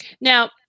now